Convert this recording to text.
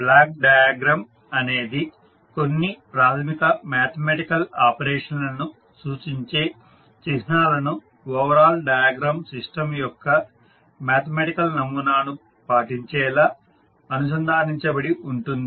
black diagram అనేది కొన్ని ప్రాథమిక మ్యాథమెటికల్ ఆపరేషన్ల ను సూచించే చిహ్నాలను ఓవరాల్ డయాగ్రమ్ సిస్టం యొక్క మ్యాథమెటికల్ నమూనాను పాటించేలా అనుసంధానించబడి ఉంటుంది